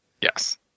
yes